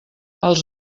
els